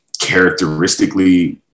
characteristically